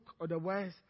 Otherwise